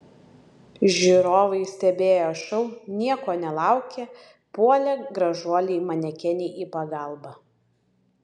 žiūrovai stebėję šou nieko nelaukę puolė gražuolei manekenei į pagalbą